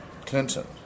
Clinton